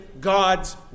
God's